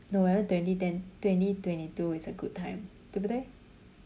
november twenty ten twenty twenty two is a good time 对不对